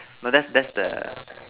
well that's that's the